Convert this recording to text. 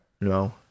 No